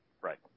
Right